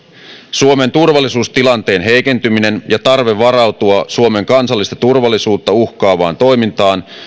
suomen turvallisuustilanteen heikentyminen ja tarve varautua suomen kansallista turvallisuutta uhkaavaan toimintaan